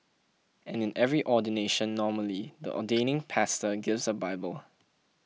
and in every ordination normally the ordaining pastor gives a bible